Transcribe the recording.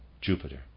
Jupiter